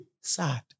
Sad